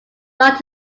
not